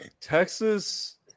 Texas